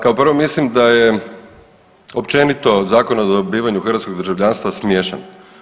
Kao prvo mislim da je općenito Zakon o dobivanju hrvatskog državljanstva smiješan.